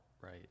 Right